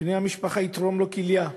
מבני המשפחה יתרום לו כליה.